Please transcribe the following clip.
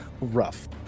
rough